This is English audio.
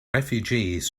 refugees